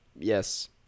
yes